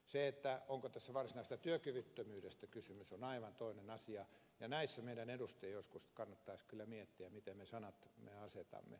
se onko tässä varsinaisesta työkyvyttömyydestä kysymys on aivan toinen asia ja näissä meidän edustajien joskus kannattaisi kyllä miettiä miten me sanamme asetamme